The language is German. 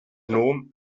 gnom